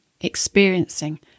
experiencing